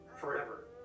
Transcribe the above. forever